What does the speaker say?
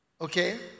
Okay